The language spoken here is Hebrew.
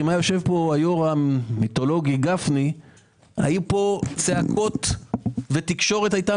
אם היה יושב פה היו"ר המיתולוגי גפני היו פה צעקות והתקשורת הייתה